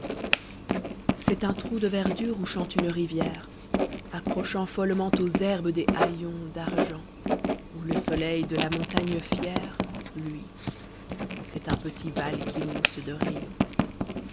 c'est un trou de verdure où chante une rivière accrochant follement aux herbes des haillons d'argent où le soleil de la montagne fière luit c'est un petit aval qui mousse de